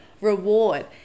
reward